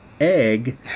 egg